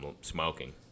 smoking